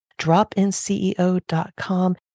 dropinceo.com